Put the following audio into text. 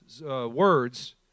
words